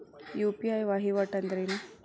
UPI ವಹಿವಾಟ್ ಅಂದ್ರೇನು?